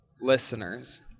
listeners